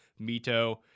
Mito